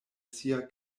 sia